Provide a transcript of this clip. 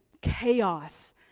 chaos